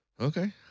Okay